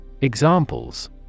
Examples